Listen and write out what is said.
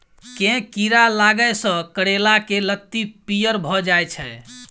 केँ कीड़ा लागै सऽ करैला केँ लत्ती पीयर भऽ जाय छै?